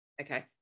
Okay